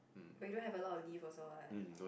we don't have a lot of leave also what